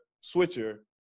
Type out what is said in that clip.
switcher